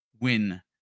win